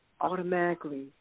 automatically